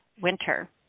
winter